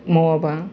मावाबा